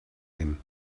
him